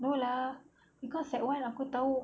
no lah cause sec one aku tahu